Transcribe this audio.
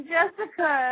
Jessica